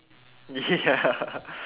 ya